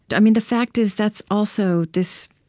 i mean the fact is, that's also this